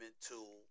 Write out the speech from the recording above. tool